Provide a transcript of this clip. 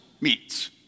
meets